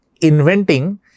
inventing